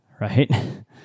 right